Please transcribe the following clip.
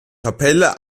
kapelle